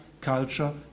culture